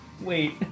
Wait